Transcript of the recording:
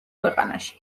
ქვეყანაში